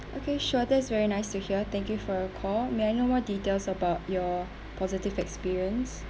okay sure that is very nice to hear thank you for your call may I know more details about your positive experience